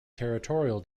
territorial